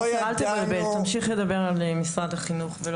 עופר, אל תתבלבל, תמשיך לדבר על משרד החינוך.